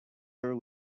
her